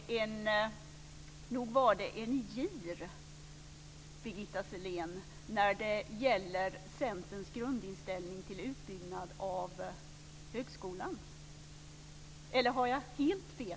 Men nog var det en gir, Birgitta Sellén, när det gäller Centerns grundinställning till en utbyggnad av högskolan, eller har jag helt fel?